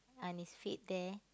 on his feet there